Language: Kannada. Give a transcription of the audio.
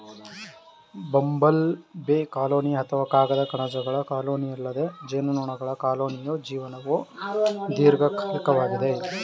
ಬಂಬಲ್ ಬೀ ಕಾಲೋನಿ ಅಥವಾ ಕಾಗದ ಕಣಜಗಳ ಕಾಲೋನಿಯಲ್ಲದೆ ಜೇನುನೊಣಗಳ ಕಾಲೋನಿಯ ಜೀವನವು ದೀರ್ಘಕಾಲಿಕವಾಗಿದೆ